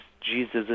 Jesus